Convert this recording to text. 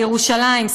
על ירושלים,